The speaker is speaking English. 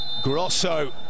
Grosso